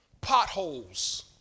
potholes